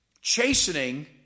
Chastening